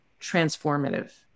transformative